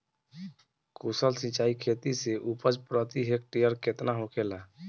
कुशल सिंचाई खेती से उपज प्रति हेक्टेयर केतना होखेला?